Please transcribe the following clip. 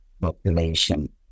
population